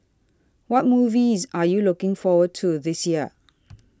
what movies are you looking forward to this year